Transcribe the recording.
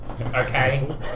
Okay